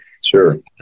Sure